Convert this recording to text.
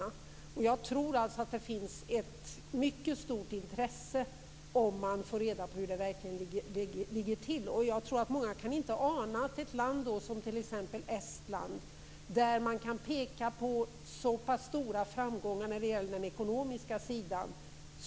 Jag tror att det finns ett mycket stort intresse om man får reda på hur det ligger till. Många kan inte ana att så mycket i ett land som t.ex. Estland, där man kan peka på stora ekonomiska framgångar, försummats på den sociala sidan.